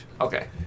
okay